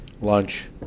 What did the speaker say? lunch